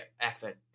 effort